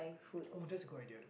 oh that's a good idea